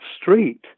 street